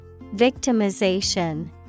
Victimization